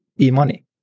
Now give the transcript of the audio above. e-money